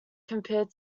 compared